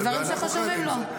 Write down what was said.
-- דברים שחשובים לו.